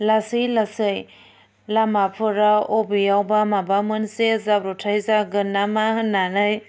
लासै लासै लामाफोराव अबेयावबा माबा मोनसे जाब्रबथाइ जागोन नामा होन्नानै